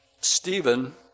Stephen